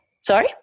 Sorry